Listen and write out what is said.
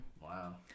Wow